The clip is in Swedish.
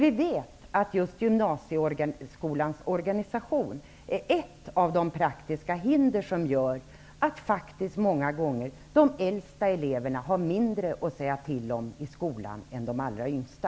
Vi vet att just gymnasieskolans organisation är ett av de praktiska hinder som gör att de äldsta eleverna många gånger har mindre att säga till om i skolan än de allra yngsta.